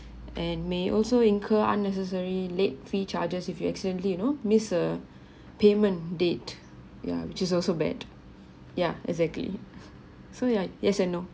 and may also incur unnecessary late fee charges if you accidentally you know miss a payment date ya which is also bad yeah exactly so yeah yes and no